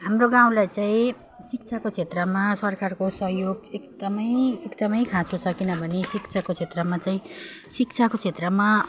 हाम्रो गाउँलाई चाहिँ शिक्षाको क्षेत्रमा सरकारको सहयोग एकदमै एकदमै खाँचो छ किनभने शिक्षाको क्षेत्रमा चाहिँ शिक्षाको क्षेत्रमा